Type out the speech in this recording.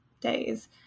days